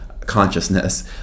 consciousness